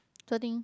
so I think